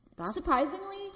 surprisingly